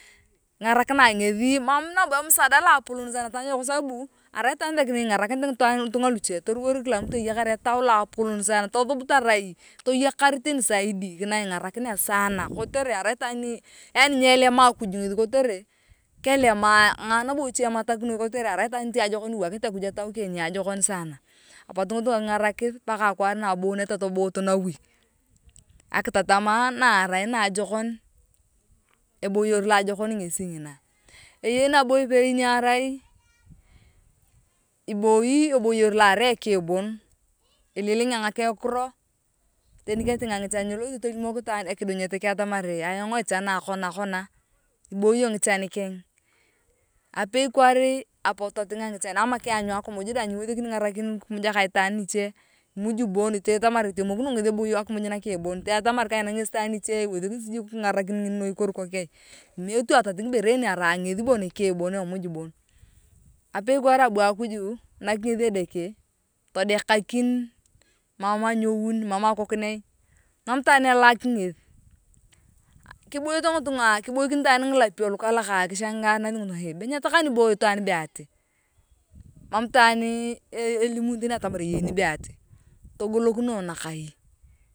Ngarakinae ngethi mam nabo imsaada loapolon sana taanguna kwa sababu arai itwaan sek ni ingarakinet ngitunga incho toriwor kila mtu eyakar etau loapolon sana tosub tarai toyakar teni zaidi na ingarakinea sana kitere arai itwaan nee eee yani teyelema akuj ngethi kotere kelema ngae nabo iche ematakinoi kotere arai itwaan ni iwakinit akuj etau keng niajokin sana apot ngituga kingarakithi paka akwaar nabuuneta tobuut nawi akitatama na arai naajokon eboyor na ayokom ngesi ngina eyei nabo ipei na arai iboi ebayor lo arai eking bon ililengea ngakekiro teni ketinga ngichan nyelothi tolimok ekudungeth keng atamar yong echana kwana iboyon ngichan keng apei kwaar aput totinga ngichan ama keanyu akimuj nyingarakin kimuya kaa itaan niche imuji bon itee.